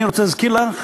אני רוצה להזכיר לך